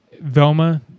Velma